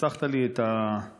חסכת לי את הדרישה,